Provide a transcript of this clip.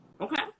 Okay